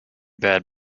bad